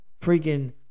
freaking